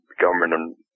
government